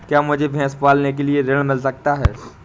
क्या मुझे भैंस पालने के लिए ऋण मिल सकता है?